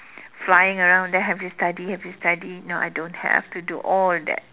flying around them have you study have you study no I don't have to do all that